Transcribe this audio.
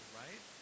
right